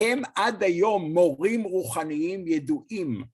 הם עד היום מורים רוחניים ידועים.